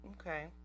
okay